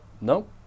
nope